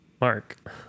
Mark